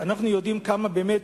אנחנו יודעים כמה באמת